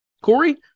Corey